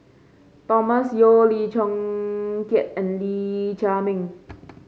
Thomas Yeo Lim Chong Keat and Lee Chiaw Meng